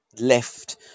left